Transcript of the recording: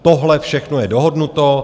Tohle všechno je dohodnuto.